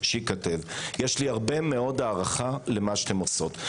יש לי הרבה מאוד הערכה למה שאתן עושות.